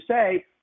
say